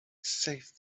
save